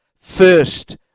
first